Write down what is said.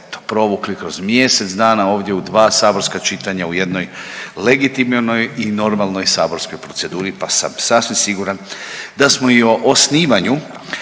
provukli kroz mjesec dana ovdje u dva saborska čitanja u jednoj legitimnoj i normalnoj saborskoj proceduri pa sam sasvim siguran da smo i o osnivanju